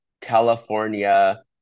california